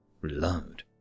Reload